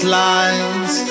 lines